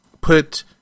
Put